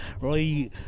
right